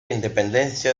independencia